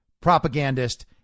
propagandist